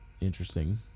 interesting